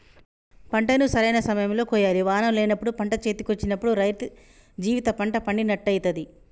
పంటను సరైన సమయం లో కోయాలి వానలు లేనప్పుడు పంట చేతికొచ్చినప్పుడు రైతు జీవిత పంట పండినట్టయితది